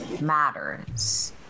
matters